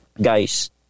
guys